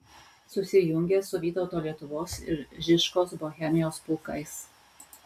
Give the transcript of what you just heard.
susijungė su vytauto lietuvos ir žižkos bohemijos pulkais